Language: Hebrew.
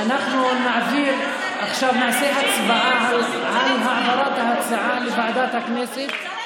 עכשיו נעשה הצבעה להעברת ההצעה לוועדת הכנסת.